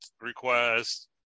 request